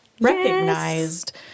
recognized